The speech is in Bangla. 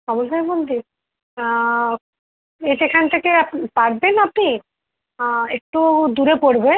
সমলেশ্বরীর মন্দির এ স্টেশন থেকে আপ পারবেন আপনি একটু দূরে পড়বে